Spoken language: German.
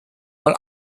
mal